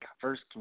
First